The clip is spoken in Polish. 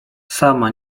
sama